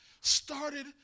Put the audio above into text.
started